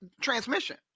transmission